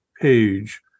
page